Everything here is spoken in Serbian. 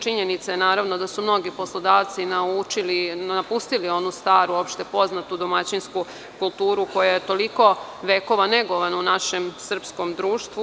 Činjenica je da su mnogi poslodavci naučili, napustili onu staru opšte poznatu, domaćinsku kulturu koja je toliko vekova negovana u našem srpskom društvu.